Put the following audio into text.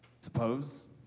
Suppose